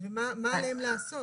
ומה עליהם לעשות?